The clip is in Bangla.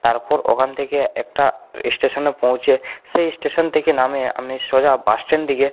তারপর ওখান থেকে একটা স্টেশনে পৌঁছে সেই স্টেশন থেকে নেমে আমি সোজা বাসস্ট্যান্ডে গিয়ে